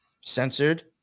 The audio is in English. censored